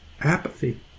Apathy